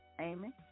Amen